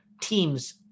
teams